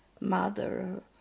mother